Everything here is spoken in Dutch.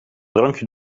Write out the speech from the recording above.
drankje